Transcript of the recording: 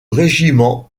régiments